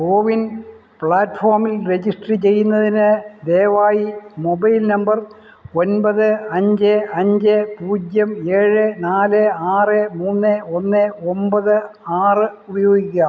കോവിൻ പ്ലാറ്റ്ഫോമിൽ രജിസ്റ്റർ ചെയ്യുന്നതിന് ദയവായി മൊബൈൽ നമ്പർ ഒൻപത് അഞ്ച് അഞ്ച് പൂജ്യം ഏഴ് നാല് ആറ് മൂന്ന് ഒന്ന് ഒമ്പത് ആറ് ഉപയോഗിക്കുക